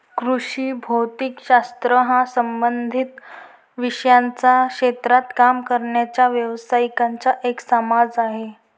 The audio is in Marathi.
कृषी भौतिक शास्त्र हा संबंधित विषयांच्या क्षेत्रात काम करणाऱ्या व्यावसायिकांचा एक समाज आहे